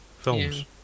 Films